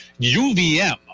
UVM